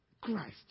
Christ